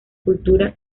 cultura